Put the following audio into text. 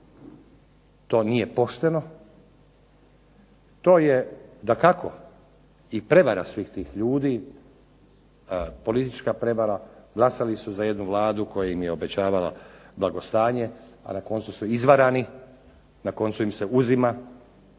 to nije pošteno. To je dakako i prevara svih tih ljudi, politička prevara. Glasali su za jednu Vladu koja im je obećavala blagostanje, a na koncu su izvarani. Na koncu im se uzima